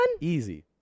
Easy